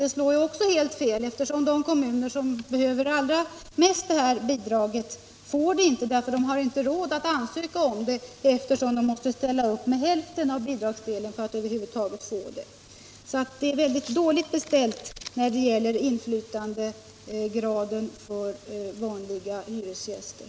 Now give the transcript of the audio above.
Det slår också helt fel, eftersom de kommuner som allra mest skulle behöva bidraget inte kan få det, då de inte har råd att ansöka om det på grund av att de måste ställa upp med hälften av bidragsdelen för att över huvud taget få något bidrag. — Det är således mycket dåligt beställt när det gäller inflytandegraden för vanliga hyresgäster.